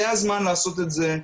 זה הזמן לעשות את זה.